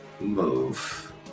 move